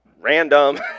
random